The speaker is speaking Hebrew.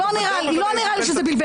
לא נראה שהוא בלבל.